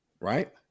Right